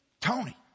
Tony